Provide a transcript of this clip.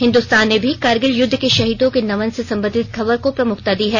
हिन्द्रस्तान ने भी कारगिल युद्ध के शहीदों के नमन से संबंधित खबर को प्रमुखता दी है